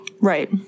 Right